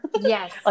Yes